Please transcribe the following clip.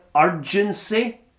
urgency